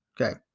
Okay